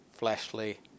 Fleshly